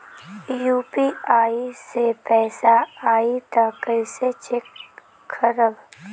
UPI से पैसा आई त कइसे चेक खरब?